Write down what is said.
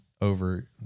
Over